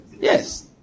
Yes